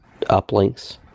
uplinks